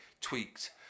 tweaked